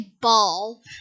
ball